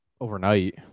overnight